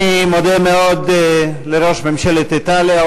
אני מודה מאוד לראש ממשלת איטליה,